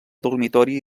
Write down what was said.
dormitori